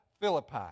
Philippi